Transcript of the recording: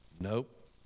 nope